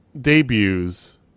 debuts